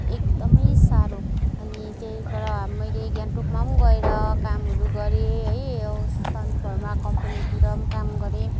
एकदमै साह्रो अनि चाहिँ पर मैले गान्तोकमा पनि गएर कामहरू गरेँ है यो सन फार्मा कम्पनीतिर पनि काम गरेँ